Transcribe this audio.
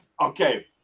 Okay